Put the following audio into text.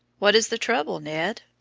what is the trouble, ned?